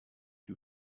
you